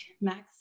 Max